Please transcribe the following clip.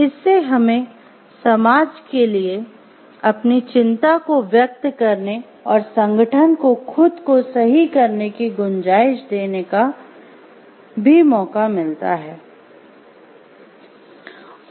इससे हमें समाज के लिए अपनी चिंता को व्यक्त करने और संगठन को खुद को सही करने की गुंजाइश देने का भी मौका मिलता है